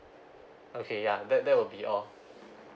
okay ya that that will be all